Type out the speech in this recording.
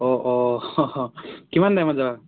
অঁ অঁ কিমান টাইমত যাবা